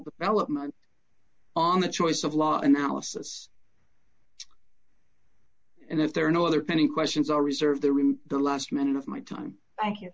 development on the choice of law analysis and if there are no other pending questions or reserve the room the last minute of my time i